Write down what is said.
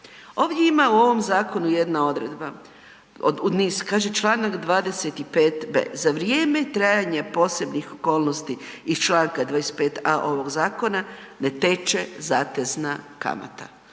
Ovdje ima u ovom zakonu jedna odredba od niz, kaže članak 25b. za vrijeme trajanja posebnih okolnosti iz članka 25a. ovog zakona ne teče zatezna kamata.